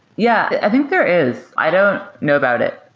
yeah, i think there is. i don't know about it.